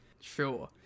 sure